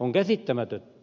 on